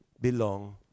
belong